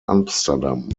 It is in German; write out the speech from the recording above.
amsterdam